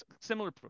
Similar